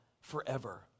forever